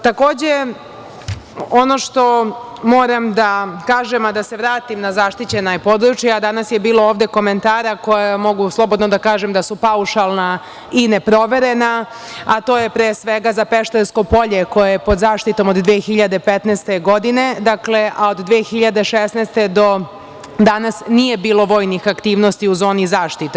Takođe, ono što moram da kažem a da se vratim na zaštićena područja, danas je ovde bilo komentara koja mogu slobodno da kažem da su paušalna i neproverena, a to je, pre svega, za Peštersko polje, koje je pod zaštitom od 2015. godine, a od 2016. godine do danas nije bilo vojnih aktivnosti u zoni zaštite.